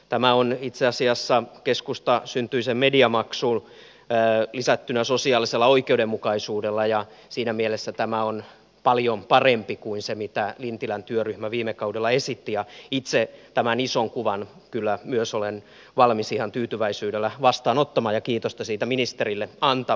tämä on itse asiassa keskustasyntyinen mediamaksu lisättynä sosiaalisella oikeudenmukaisuudella ja siinä mielessä tämä on paljon parempi kuin se mitä lintilän työryhmä viime kaudella esitti ja itse tämän ison kuvan kyllä myös olen valmis ihan tyytyväisyydellä vastaanottamaan ja kiitosta siitä ministerille antamaan